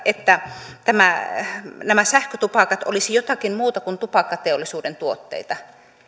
että nämä sähkötupakat olisivat jotakin muuta kuin tupakkateollisuuden tuotteita